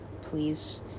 please